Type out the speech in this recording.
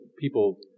people